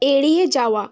এড়িয়ে যাওয়া